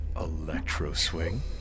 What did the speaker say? Electro-swing